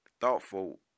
thoughtful